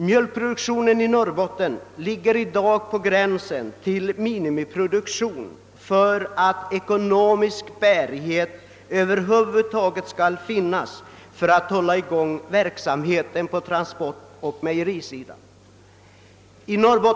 Mjölkproduktionen i Norrbotten ligger i dag på gränsen till minimiproduktion för att ekonomiska förutsättningar att klara transportoch mejerikostnaderna över huvud taget skall finnas.